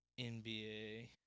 NBA